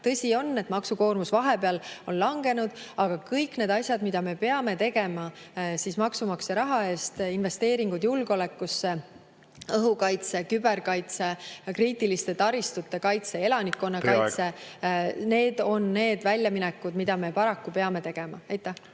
tõsi on, et maksukoormus vahepeal on langenud, aga kõik need asjad, mida me peame tegema maksumaksja raha eest – investeeringud julgeolekusse, õhukaitse, küberkaitse, kriitiliste taristute kaitse, elanikkonnakaitse … Teie aeg! Teie aeg! … need on need väljaminekud, mida me paraku peame tegema. …